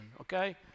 okay